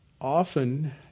often